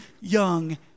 young